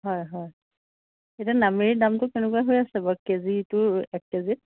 হয় হয় এতিয়া নামেৰিৰ দামটো কেনেকুৱা হৈ আছে বাৰু কেজিটো এক কেজিত